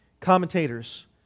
commentators